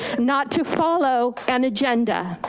not to follow an agenda.